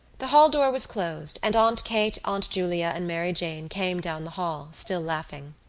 the hall-door was closed and aunt kate, aunt julia and mary jane came down the hall, still laughing.